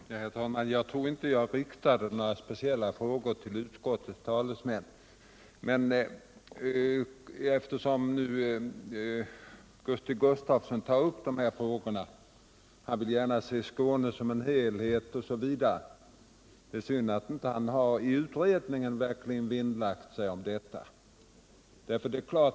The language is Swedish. Herr talman! Jag tror inte att jag riktade några speciella frågor till utskottets talesmän, men eftersom Gusti Gustavsson nu framhåller att han vill se Skåne som en helhet vill jag säga att det är synd, att han inte i utredningen verkligen har vinnlagt sig om detta.